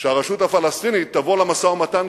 שהרשות הפלסטינית תבוא למשא-ומתן,